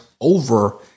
over